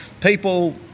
people